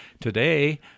today